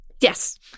yes